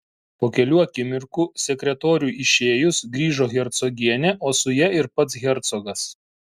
po kelių akimirkų sekretoriui išėjus grįžo hercogienė o su ja ir pats hercogas